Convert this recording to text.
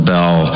Bell